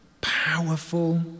powerful